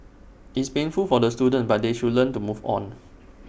it's painful for the students but they should learn to move on